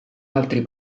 altri